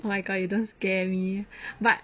oh my god you don't scare me but